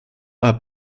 are